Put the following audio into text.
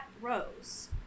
Rose